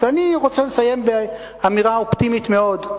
ואני רוצה לסיים באמירה אופטימית מאוד: